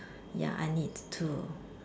ya I need to